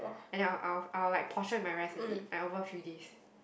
and then I'll I'll I'll like portion with my rice and eat like over few days